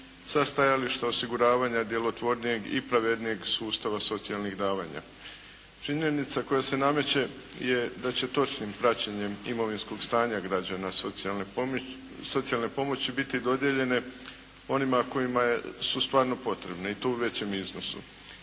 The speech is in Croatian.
sa stajališta osiguravanja djelotvornijeg i pravednijeg sustava socijalnih davanja. Činjenica koja se nameće je da će točnim praćenjem imovinskog stanja građana, socijalne pomoći biti dodijeljene onima kojima su stvarno potrebne i to u većem iznosu.